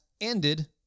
ended